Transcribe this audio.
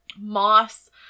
moss